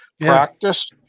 Practice